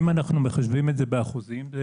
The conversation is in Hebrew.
אם אנחנו מחשבים את זה באחוזים,